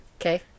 Okay